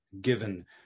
given